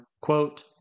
quote